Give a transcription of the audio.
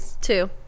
two